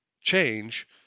change